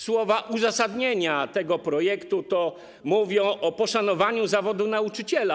Słowa uzasadnienia tego projektu mówią o poszanowaniu zawodu nauczyciela.